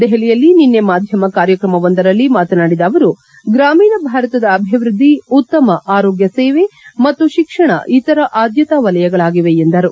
ದೆಹಲಿಯಲ್ಲಿ ನಿನ್ನೆ ಮಾಧ್ಯಮ ಕಾರ್ಯಕ್ರಮವೊಂದರಲ್ಲಿ ಮಾತನಾಡಿದ ಅವರು ಗ್ರಾಮೀಣ ಭಾರತದ ಅಭಿವೃದ್ಧಿ ಉತ್ತಮ ಆರೋಗ್ಯ ಸೇವೆ ಮತ್ತು ಶಿಕ್ಷಣ ಇತರ ಆದ್ಯತಾ ವಲಯಗಳಾಗಿವೆ ಎಂದರು